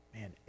Man